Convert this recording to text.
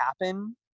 happen